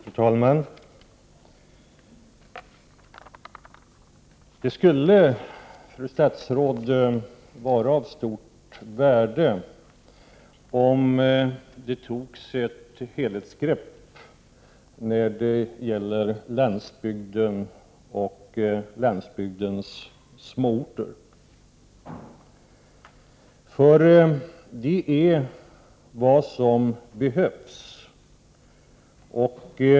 Fru talman! Det skulle, fru statsråd, vara av stort värde om man tog ett helhetsgrepp när det gäller landsbygden och landsbygdens småorter, för det är vad som behövs.